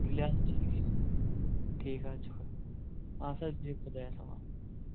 تیٚلہِ حظ چھُ ٹھیٖک ٹھیٖک حظ چھُ اَدٕ سا بِہِو خۄدایَس حَوال